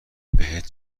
بهت